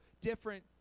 Different